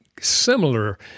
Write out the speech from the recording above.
similar